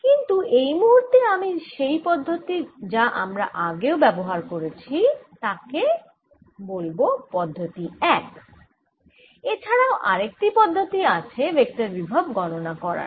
কিন্তু এই মুহুর্তে আমি সেই পদ্ধতি যা আমরা আগেও ব্যবহার করেছি তাকে বলব পদ্ধতি এক এছাড়াও আরেকটি পদ্ধতি আছে ভেক্টর বিভব গণনা করার